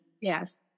Yes